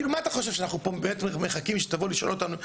כאילו מה אתה חושב שאנחנו באמת מחכים שתבוא לשאול אותנו?